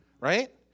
Right